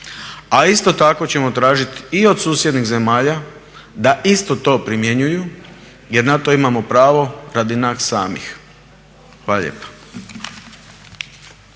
a isto tako ćemo tražiti i od susjednih zemalja da isto to primjenjuju jer na to imamo pravo radi nas samih. Hvala lijepa.